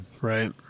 Right